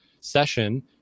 session